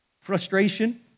frustration